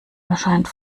erscheint